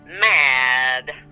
mad